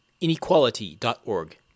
inequality.org